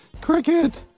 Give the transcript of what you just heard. cricket